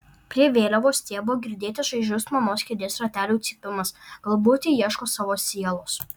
prie vėliavos stiebo girdėti šaižus mamos kėdės ratelių cypimas galbūt ji ieško savo sielos